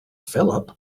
phillip